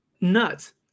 Nuts